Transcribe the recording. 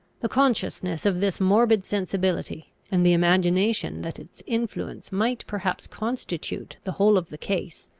the consciousness of this morbid sensibility, and the imagination that its influence might perhaps constitute the whole of the case,